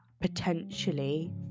...potentially